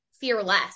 fearless